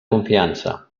confiança